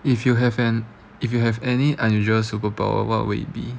if you have an if you have any unusual superpower what would it be